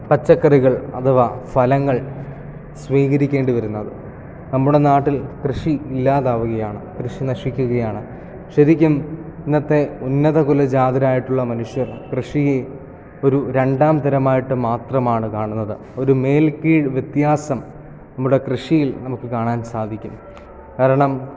പച്ചക്കറികൾ അഥവാ ഫലങ്ങൾ സ്വീകരിക്കേണ്ടി വരുന്നത് നമ്മുടെ നാട്ടിൽ കൃഷി ഇല്ലാതാവുകയാണ് കൃഷി നശിക്കുകയാണ് ശരിക്കും ഇന്നത്തെ ഉന്നതകുലജാതരായിട്ടുള്ള മനുഷ്യർ കൃഷിയെ ഒരു രണ്ടാം തരമായിട്ട് മാത്രമാണ് കാണുന്നത് ഒരു മേൽ കീഴ് വ്യത്യാസം നമ്മുടെ കൃഷിയിൽ നമുക്ക് കാണാൻ സാധിക്കും കാരണം